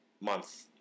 month